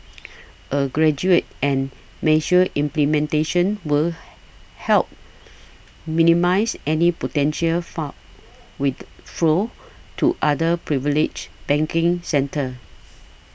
a gradual and measured implementation would help minimise any potential fund with flows to other privilege banking centres